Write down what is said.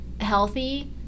healthy